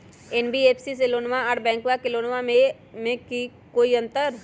NBFC से लोनमा आर बैंकबा से लोनमा ले बे में कोइ अंतर?